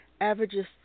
averages